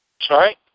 Sorry